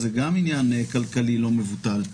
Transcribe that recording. שזה גם עניין כלכלי לא מבוטל.